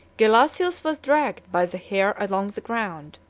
gelasius was dragged by the hair along the ground,